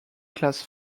class